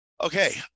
Okay